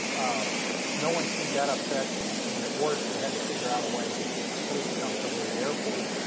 um no one seemed that upset. i was thinking at worse we had to figure out a way to sleep comfortably at the airport.